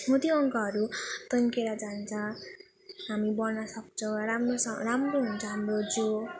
म त्यो अङ्गहरू तन्केर जान्छ हामी बढ्न सक्छौँ राम्रोसँग राम्रो हुन्छ हाम्रो जिउ